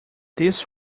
this